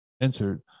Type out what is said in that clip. entered